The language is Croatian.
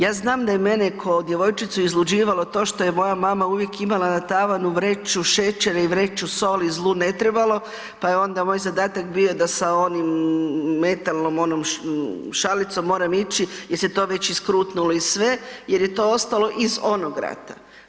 Ja znam da je mene ko djevojčicu izluđivalo to što je moja mama uvijek imala na tavanu vreću šećera i vreću soli zlu ne trebalo, pa je onda moj zadatak bio da sa onim, metalnom onom šalicom moram ići jer se to već i skrutnulo i sve jer je to ostalo iz onog rata.